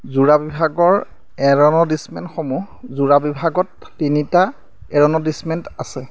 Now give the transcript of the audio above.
জুৰা বিভাগৰ এৰ'নডিছমেণ্টসমূহ জুৰা বিভাগত তিনিটা এৰ'নডিছমেণ্ট আছে